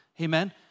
Amen